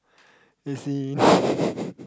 as in